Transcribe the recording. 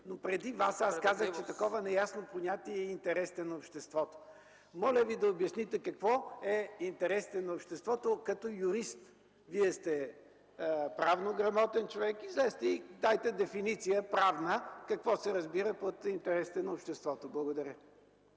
Преди Вас аз казах, че такова неясно понятие е и „интересите на обществото”. Моля Ви да обясните като юрист какво е „интересите на обществото”. Вие сте правно грамотен човек, излезте и дайте правна дефиниция какво се разбира под „интересите на обществото”. Благодаря.